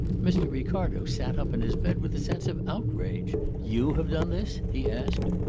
mr. ricardo sat up in his bed with a sense of outrage. you have done this? he asked.